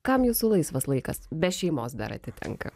kam jūsų laisvas laikas be šeimos dar atitinka